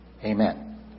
Amen